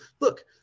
look